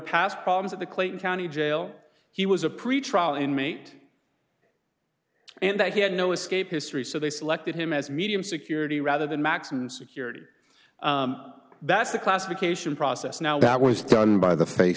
past problems at the clayton county jail he was a pretrial inmate and that he had no escape history so they selected him as medium security rather than maximum security that's the classification process now that was done by the face